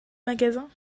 magasin